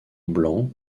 blanc